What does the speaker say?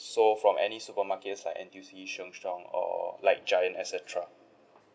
so from any supermarkets like N_T_U_C sheng siong or like giant et cetera